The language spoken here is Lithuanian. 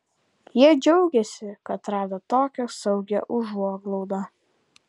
jie džiaugiasi kad rado tokią saugią užuoglaudą